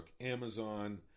Amazon